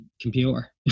computer